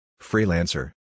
Freelancer